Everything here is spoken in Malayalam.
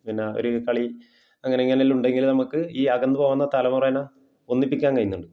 പിന്നെ ഒരു കളി അങ്ങനെ ഇങ്ങനെ എല്ലാമുണ്ടെങ്കിൽ നമുക്ക് ഈ അകന്ന് പോകുന്ന തലമുറയെ ഒന്നിപ്പിക്കാൻ കഴിയുന്നുണ്ട്